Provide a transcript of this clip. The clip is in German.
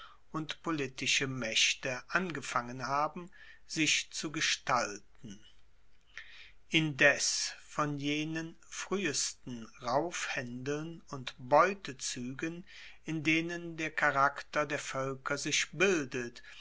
und politische maechte angefangen haben sich zu gestalten indes von jenen fruehesten raufhaendeln und beutezuegen in denen der charakter der voelker sich bildet